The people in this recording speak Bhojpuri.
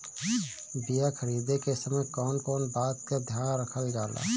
बीया खरीदे के समय कौन कौन बात के ध्यान रखल जाला?